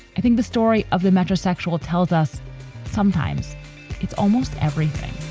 i think the story of the metrosexual tells us sometimes it's almost everything.